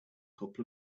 couple